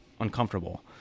uncomfortable